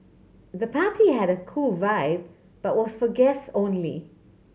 the party had a cool vibe but was for guest only